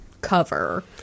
cover